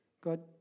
God